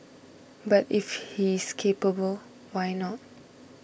but if he is capable why not